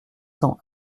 cent